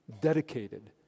dedicated